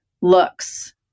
looks